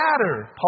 matter